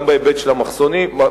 גם בהיבט של המחסומים,